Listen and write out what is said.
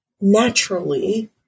naturally